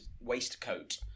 waistcoat